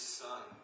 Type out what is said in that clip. son